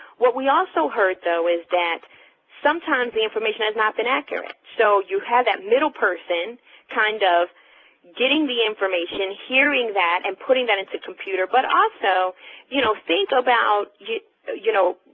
what we also heard though is that sometimes the information has not been accurate, so you have that middle person kind of getting the information, hearing that and putting that into the computer, but also you know, think about you know you know,